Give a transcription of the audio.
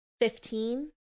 Fifteen